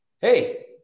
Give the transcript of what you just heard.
hey